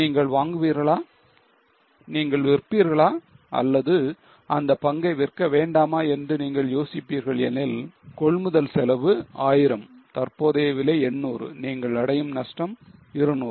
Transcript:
நீங்கள் வாங்குவீர்களா நீங்கள் விற்பீர்களா அல்லது அந்த பங்கை விற்க வேண்டாமா என்று நீங்கள் யோசிப்பீர்கள் ஏனெனில் கொள்முதல் செலவு 1000 தற்போதைய விலை 800 நீங்கள் அடையும் நஷ்டம் 200